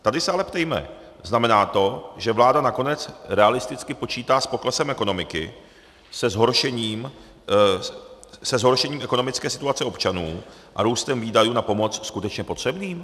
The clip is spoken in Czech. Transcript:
Tady se ale ptejme: Znamená to, že vláda nakonec realisticky počítá s poklesem ekonomiky, se zhoršením ekonomické situace občanů a růstem výdajů na pomoc skutečně potřebným?